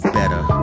better